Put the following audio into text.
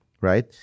Right